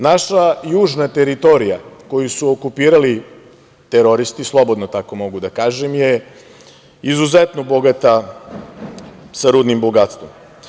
Naša južna teritorija koju su okupirali teroristi, slobodno tako mogu da kažem, je izuzetno bogata rudnim bogatstvom.